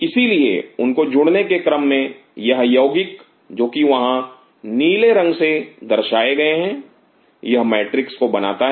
इसलिए उनको जुड़ने के क्रम में यह यौगिक जो कि वहां नीले रंग से दर्शाए गए हैं यह मैट्रिक्स को बनाता है